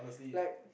like